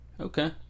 Okay